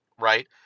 right